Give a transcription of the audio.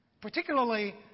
Particularly